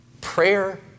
Prayer